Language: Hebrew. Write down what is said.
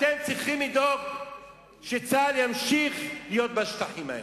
אתם צריכים לדאוג שצה"ל ימשיך להיות בשטחים האלה.